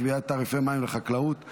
קביעת תעריפי מים לחקלאות),